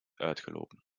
uitgelopen